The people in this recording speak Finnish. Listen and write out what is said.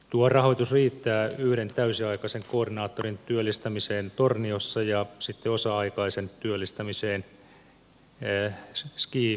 tuo rahoitus riittää yhden täysiaikaisen koordinaattorin työllistämiseen torniossa ja osa aikaisen työllistämiseen skibotnissa